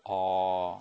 orh